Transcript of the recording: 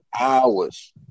hours